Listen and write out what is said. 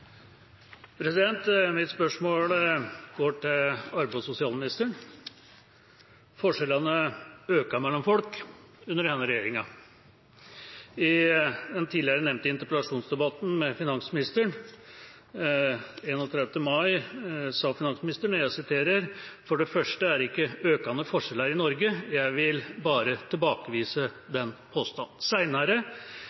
sosialministeren. Forskjellene mellom folk øker under denne regjeringa. I den tidligere nevnte interpellasjonsdebatten med finansministeren 31. mai sa finansministeren: «For det første er det ikke økende forskjeller i Norge. Jeg vil bare tilbakevise